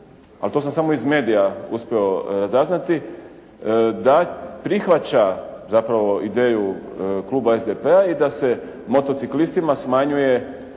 ali to sam samo iz medija uspio saznati da prihvaća, zapravo ideju kluba SDP-a i da se motociklistima smanjuje